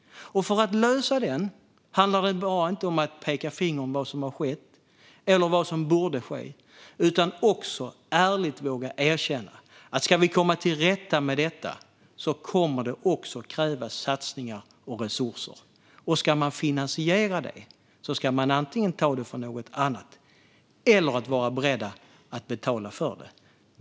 För att lösa den handlar det inte bara om att peka finger mot vad som har skett eller borde ske utan också att ärligt våga erkänna att om vi ska komma till rätta med detta kommer det att krävas satsningar och resurser. Och ska man finansiera det ska man antingen ta det från något annat eller vara beredd att betala för det.